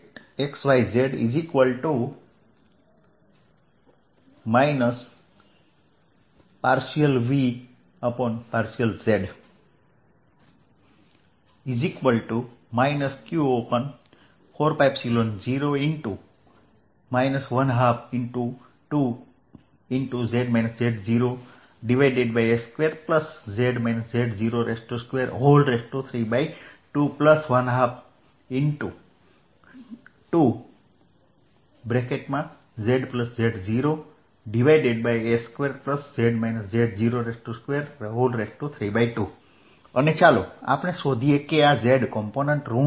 Ezxyz ∂V∂z q4π0 122z z0s2z z0232122zz0s2z z0232 અને ચાલો આપણે શોધીએ કે આ z કમ્પોનન્ટ ઋણ છે